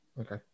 Okay